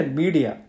media